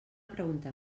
pregunta